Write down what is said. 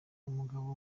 umugabo